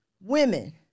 women